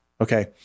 Okay